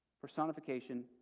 personification